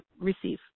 receive